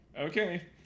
Okay